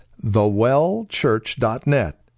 thewellchurch.net